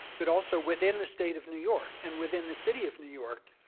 but also, within the state of new york and within the city of new york,